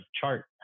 chart